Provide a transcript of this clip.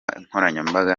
nkoranyambaga